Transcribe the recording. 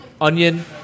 onion